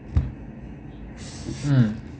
mm